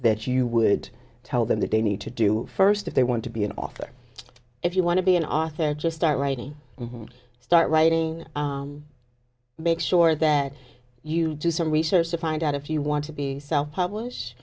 that you would tell them that they need to do first if they want to be an author if you want to be an author just start writing and start writing make sure that you do some research to find out if you want to be self publish